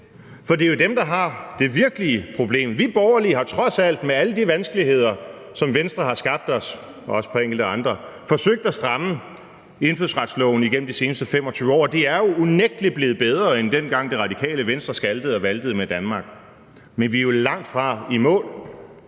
for det er jo dem, der har det virkelige problem. Vi borgerlige har trods alt med alle de vanskeligheder, som Venstre har skabt os – også et par enkelte andre – forsøgt at stramme indfødsretsloven gennem de seneste 25 år, og det er jo unægtelig blevet bedre end dengang, Det Radikale Venstre skaltede og valtede med Danmark; men vi er jo langtfra i mål.